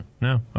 No